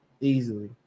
Easily